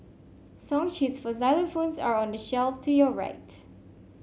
song sheets for xylophones are on the shelf to your right